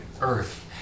earth